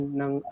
ng